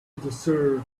deserve